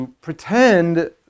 pretend